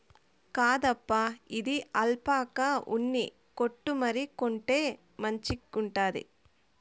కాదప్పా, ఇది ఆల్పాకా ఉన్ని కోటు మరి, కొంటే మంచిగుండాది